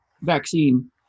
vaccine